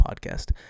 podcast